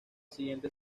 siguiente